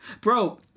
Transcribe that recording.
bro